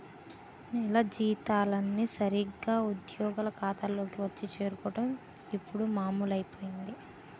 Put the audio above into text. నెల జీతాలన్నీ సరాసరి ఉద్యోగుల ఖాతాల్లోకే వచ్చి చేరుకోవడం ఇప్పుడు మామూలైపోయింది